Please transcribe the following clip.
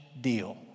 deal